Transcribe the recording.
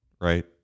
right